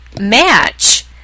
match